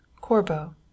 Corbo